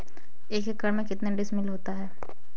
एक एकड़ में कितने डिसमिल होता है?